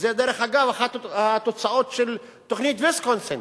דרך אגב, זו אחת התוצאות של תוכנית ויסקונסין